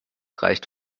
reicht